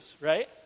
right